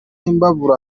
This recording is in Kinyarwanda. imbabura